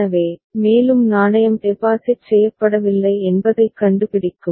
எனவே மேலும் நாணயம் டெபாசிட் செய்யப்படவில்லை என்பதைக் கண்டுபிடிக்கும்